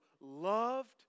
loved